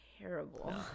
terrible